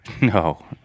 No